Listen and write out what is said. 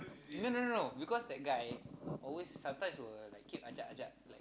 no no no no because that guy always sometimes will like keep ajak ajak